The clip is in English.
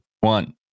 one